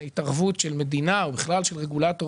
התערבות של מדינה או בכלל של רגולטור